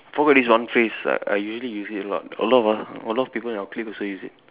forgot this one phrase I I usually use it a lot a lot of a lot of people in our clique also use it